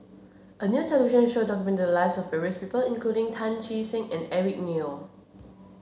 a new television show documented the lives of various people including Tan Che Sang and Eric Neo